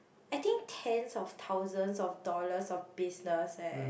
I think tens of thousands of dollars of business eh